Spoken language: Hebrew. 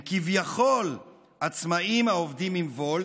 הם כביכול עצמאים העובדים עם wolt,